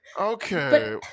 Okay